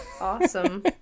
awesome